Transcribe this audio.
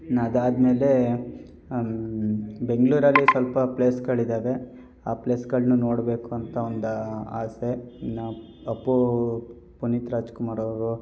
ಇನ್ನು ಅದಾದ ಮೇಲೆ ಬೆಂಗಳೂರಲ್ಲಿ ಸ್ವಲ್ಪ ಪ್ಲೇಸ್ಗಳಿದಾವೆ ಆ ಪ್ಲೇಸ್ಗಳನ್ನೂ ನೋಡಬೇಕು ಅಂತ ಒಂದು ಆಸೆ ಇನ್ನು ಅಪ್ಪು ಪುನೀತ್ ರಾಜ್ಕುಮಾರ್ ಅವರು